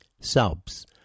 Subs